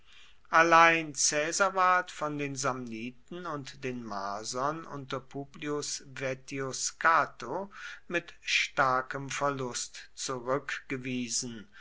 allein caesar ward von den samniten und den marsern unter publius vettius scato mit starkem verlust zurückgewiesen